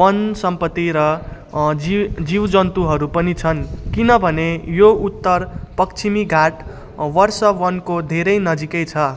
वनसम्पति र जी जीवजन्तुहरू पनि छन् किनभने यो उत्तर पश्चिमी घाट वर्षावनको धेरै नजिकै छ